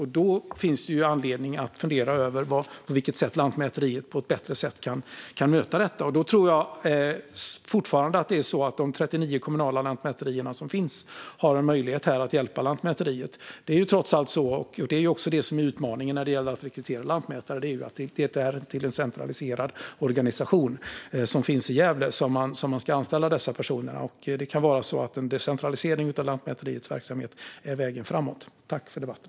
Här finns det anledning att fundera över på vilket sätt Lantmäteriet kan möta detta på ett bättre sätt, och jag tror att de 39 kommunala lantmäterierna kan hjälpa Lantmäteriet. Utmaningen i att rekrytera lantmätare är att organisationen är centraliserad och finns i Gävle. En decentralisering av Lantmäteriets verksamhet kan därför vara vägen framåt. Tack för debatten!